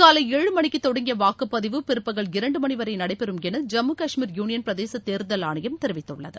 காலை ஏழு மணிக்கு தொடங்கிய வாக்குப்பதிவு பிற்பகல் இரண்டு மணி வரை நடைபெறும் என ஜம்மு காஷ்மீர் யூனியன் பிரதேச தேர்தல் ஆணையம் தெரிவித்துள்ளது